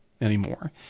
anymore